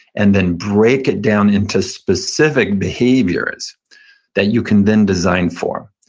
and then break it down into specific behaviors that you can then design for.